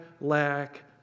lack